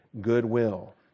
goodwill